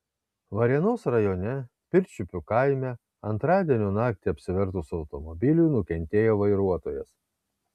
varėnos rajone pirčiupių kaime antradienio naktį apsivertus automobiliui nukentėjo vairuotojas